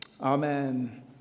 Amen